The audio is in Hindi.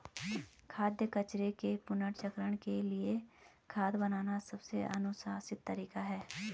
खाद्य कचरे के पुनर्चक्रण के लिए खाद बनाना सबसे अनुशंसित तरीका है